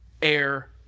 air